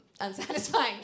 unsatisfying